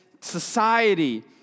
society